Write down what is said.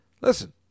Listen